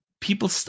people